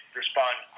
respond